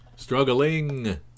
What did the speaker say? Struggling